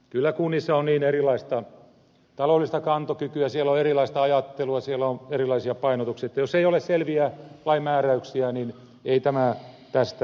kyllä kunnissa on niin erilaista taloudellista kantokykyä siellä on erilaista ajattelua siellä on erilaisia painotuksia että jos ei ole selviä lain määräyksiä niin ei tämä tästä kummene